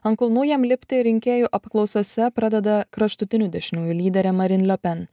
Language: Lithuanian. ant kulnų jam lipti rinkėjų apklausose pradeda kraštutinių dešiniųjų lyderė marin le pen